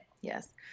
Yes